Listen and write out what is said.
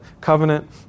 covenant